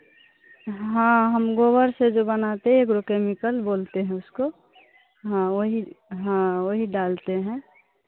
हाँ हम गोबर से जो बनाते हैं एग्रोकेमिकल बोलते हैं उसको हाँ वही हाँ वही डालते हैं